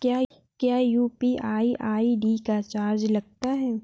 क्या UPI ID का charge लगता है?